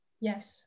yes